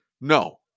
No